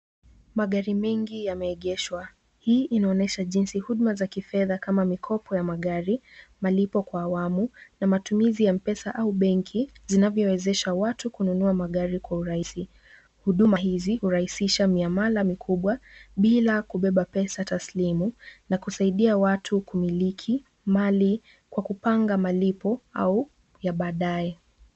Magari mengi yameegeshwa. Hii inaonyesha jinsi huduma za kifedha kama mikopo ya magari, malipo kwa awamu na matumizi ya M-Pesa au benki zinavyowezesha watu kununua magari kwa urahisi. Huduma hizi hurahisisha miamala mikubwa bila kubeba pesa taslimu na kusaidia watu kumiliki mali kwa kupanga malipo au ya baadae.